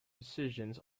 decisions